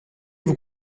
vous